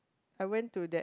I went to that